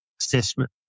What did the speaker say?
assessment